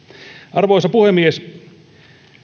arvoisa puhemies